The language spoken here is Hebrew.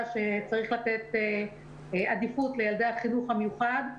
שצריך לתת עדיפות לילדי החינוך המיוחד.